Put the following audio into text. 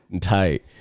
Tight